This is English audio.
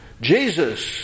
Jesus